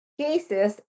cases